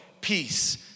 peace